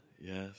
yes